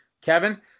Kevin